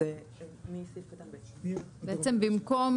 בעצם, במקום